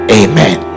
amen